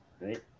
right